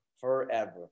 forever